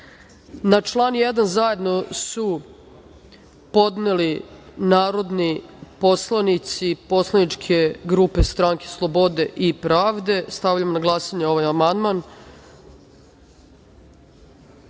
član 1. zajedno su podneli narodni poslanici poslaničke grupe Stranke slobode i pravde. Stavljam na glasanje ovaj